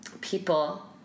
people